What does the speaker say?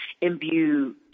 imbue